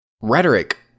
rhetoric